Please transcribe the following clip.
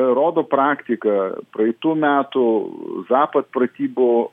rodo praktika praeitų metų zapad pratybų